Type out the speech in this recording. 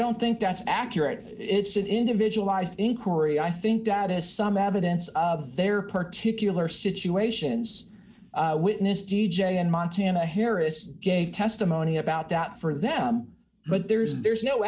don't think that's accurate it's an individualized inquiry i think that is some evidence of their particular situations witness t j in montana harris gave testimony about that for them but there is there's no